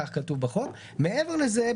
מעבר לזה,